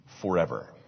forever